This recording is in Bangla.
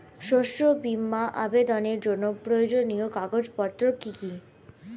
শস্য বীমা আবেদনের জন্য প্রয়োজনীয় কাগজপত্র কি কি?